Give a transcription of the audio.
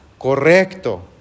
correcto